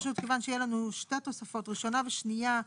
פשוט כיוון שיהיו לנו שתי תוספות ראשונה ושנייה,